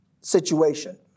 situation